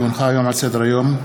כי הונחה היום על שולחן הכנסת,